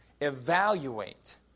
Evaluate